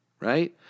right